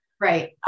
Right